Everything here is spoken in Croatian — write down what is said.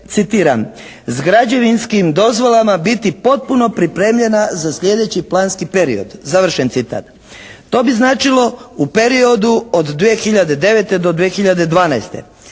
citiram: "S građevinskim dozvolama biti potpuno pripremljena za sljedeći planski period.", završen citat. To bi značilo u periodu od 2009. do 2012.